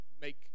make